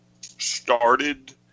Started